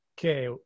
Okay